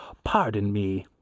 pardon me,